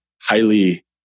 highly